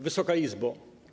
Wysoka Izbo!